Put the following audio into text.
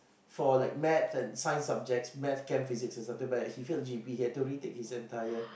for like maths and Science subjects Math Chem Physics and something but he failed G_P he had to retake his entire